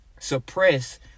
suppress